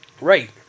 Right